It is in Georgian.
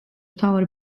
მთავარი